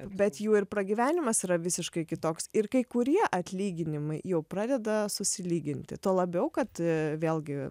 bet jų ir pragyvenimas yra visiškai kitoks ir kai kurie atlyginimai jau pradeda susilyginti tuo labiau kad vėlgi